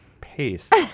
Paste